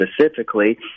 specifically